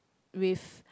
with